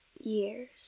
years